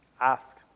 ask